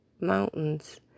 mountains